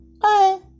bye